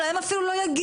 אולי הם אפילו לא יגיעו.